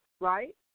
right